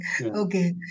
okay